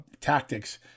tactics